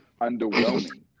underwhelming